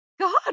God